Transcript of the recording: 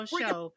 show